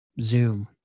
zoom